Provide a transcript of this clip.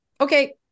okay